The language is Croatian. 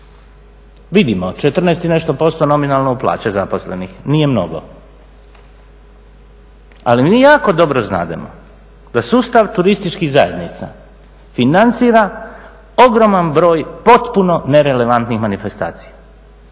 Vidimo, 14 i nešto posto nominalno u plaće zaposlenih, nije mnogo. Ali mi jako dobro znamo da sustav turističkih zajednica financira ogroman broj potpuno nerelevantnih manifestacija.